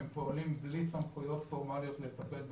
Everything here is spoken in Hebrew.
הם פועלים בלי סמכויות פורמאליות לטפל באירוע.